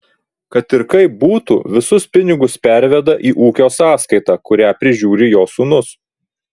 kad ir kaip būtų visus pinigus perveda į ūkio sąskaitą kurią prižiūri jo sūnus